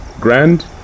grand